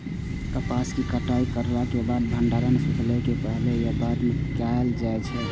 कपास के कटाई करला के बाद भंडारण सुखेला के पहले या बाद में कायल जाय छै?